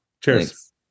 cheers